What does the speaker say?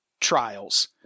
trials